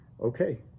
okay